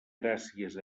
gràcies